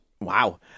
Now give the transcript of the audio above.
Wow